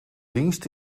dienst